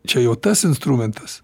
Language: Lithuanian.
čia jau tas instrumentas